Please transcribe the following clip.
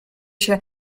się